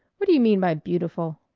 what do you mean by beautiful?